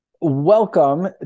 welcome